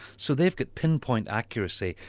so they've got pinpoint accuracy,